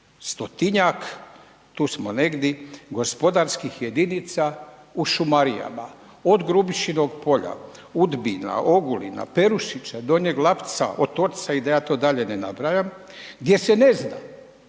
stotinjak, tu smo negdje, gospodarskih jedinicama u šumarijama od Grubišinog polja, Udbina, Ogulina, Perušića, Donjeg Lapca, Otočca i da ja to dalje ne nabrajam gdje se ne zna